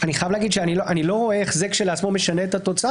אני חייב לראות שאני לא רואה איך זה כשלעצמו משנה את התוצאה,